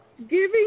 giving